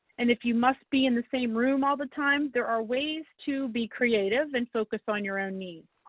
and if you must be in the same room all the time, there are ways to be creative and focus on your own needs.